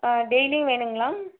ஆ டெய்லியும் வேணும்ங்களா